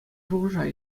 шухӑша